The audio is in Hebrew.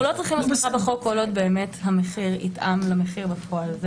אנחנו לא צריכים את תמיכת החוק כל עוד המחיר יתאם למחיר בפועל.